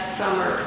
summer